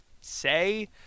say